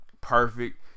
perfect